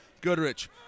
Goodrich